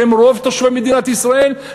שהם רוב תושבי מדינת ישראל,